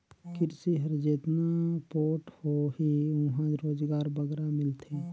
किरसी हर जेतना पोठ होही उहां रोजगार बगरा मिलथे